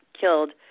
killed